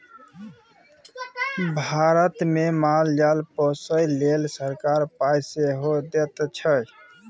भारतमे माल जाल पोसय लेल सरकार पाय सेहो दैत छै